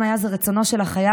אם היה זה רצונו של החייל,